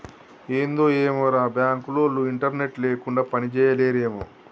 ఏందో ఏమోరా, బాంకులోల్లు ఇంటర్నెట్ లేకుండ పనిజేయలేరేమో